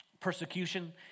persecution